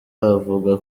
avuga